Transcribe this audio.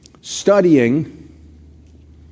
studying